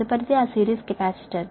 తదుపరిది ఆ series capacitor